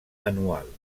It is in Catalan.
anual